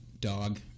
dog